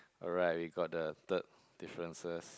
alright we got the third differences